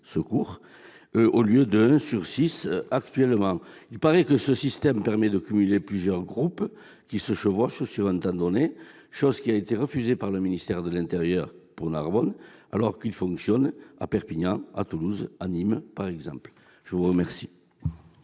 secours, au lieu de 1 pour 6 actuellement. Il paraît que ce système permet de cumuler plusieurs groupes qui se chevauchent sur un temps donné, chose qui a été refusée par le ministère de l'intérieur pour Narbonne, alors qu'il fonctionne notamment à Perpignan, à Toulouse et à Nîmes. La parole est à M.